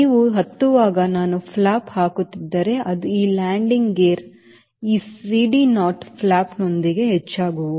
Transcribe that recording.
ನೀವು ಹತ್ತುವಾಗ ನಾನು ಫ್ಲಾಪ್ ಹಾಕುತ್ತಿದ್ದರೆ ಅದು ಈ ಲ್ಯಾಂಡಿಂಗ್ ಗೇರ್ CD naught ಫ್ಲಾಪ್ನೊಂದಿಗೆ ಹೆಚ್ಚಾಗುವು